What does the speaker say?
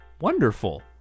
wonderful